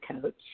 coach